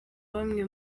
bamwe